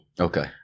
Okay